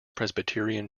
presbyterian